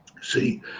See